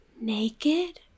naked